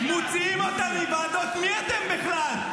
מוציאים אותם מוועדות, מי אתם בכלל?